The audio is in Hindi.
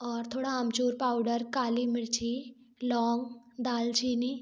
और थोड़ा आमचूर पाउडर काली मिर्ची लौंग दालचीनी